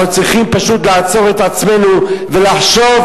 אנחנו צריכים פשוט לעצור את עצמנו ולחשוב,